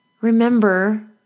remember